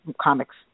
comics